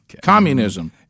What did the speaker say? Communism